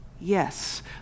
yes